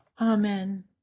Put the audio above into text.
amen